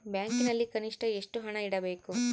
ಬ್ಯಾಂಕಿನಲ್ಲಿ ಕನಿಷ್ಟ ಎಷ್ಟು ಹಣ ಇಡಬೇಕು?